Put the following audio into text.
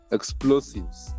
Explosives